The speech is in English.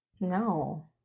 No